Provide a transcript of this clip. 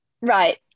Right